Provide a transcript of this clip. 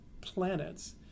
planets